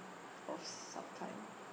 of some kind